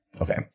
Okay